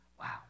Wow